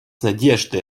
надеждой